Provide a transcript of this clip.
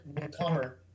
newcomer